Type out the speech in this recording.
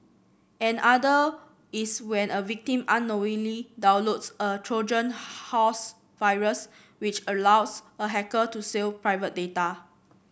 another is when a victim unknowingly downloads a Trojan horse virus which allows a hacker to steal private data